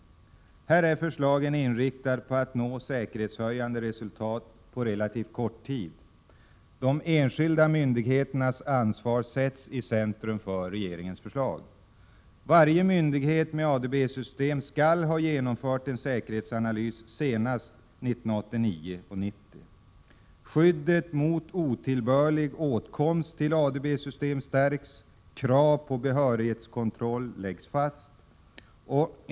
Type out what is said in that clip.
Förslagen är här inriktade på att nå säkerhetshöjande resultat på relativt kort tid. De enskilda myndigheternas ansvar sätts i centrum i regeringens förslag. Varje myndighet med ADB-system skall ha genomfört en säkerhetsanalys, senast 1989/90. Skyddet mot otillbörlig åtkomst till ADB-system stärks. Krav på behörighetskontroll läggs fast.